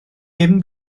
dim